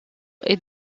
est